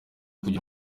kugira